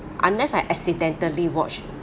unless I accidentally watch